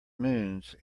moons